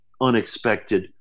unexpected